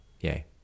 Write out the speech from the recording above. Yay